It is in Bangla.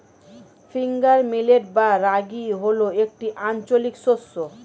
ফিঙ্গার মিলেট বা রাগী হল একটি আঞ্চলিক শস্য